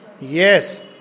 Yes